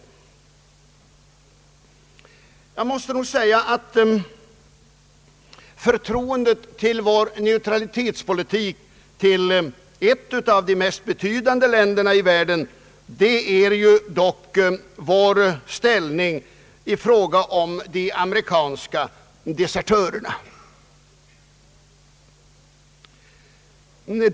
Risk föreligger emellertid att förtroendet för vår neutralitetspolitik hos ett av de mest betydande länderna i världen rubbas genom vårt ställningstagande när det gäller de amerikanska desertörerna.